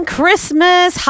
Christmas